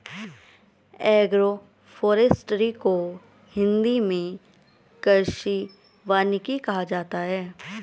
agroforestry को हिंदी मे कृषि वानिकी कहा जाता है